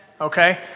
Okay